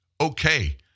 okay